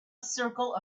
circle